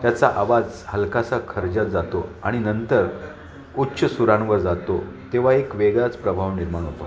त्याचा आवाज हलकासा खर्जात जातो आणि नंतर उच्च सुरांवर जातो तेव्हा एक वेगळाच प्रभाव निर्माण होतो